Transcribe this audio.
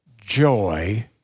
joy